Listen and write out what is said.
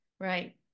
right